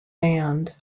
band